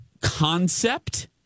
concept